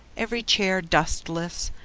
every chair dustless,